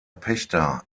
pächter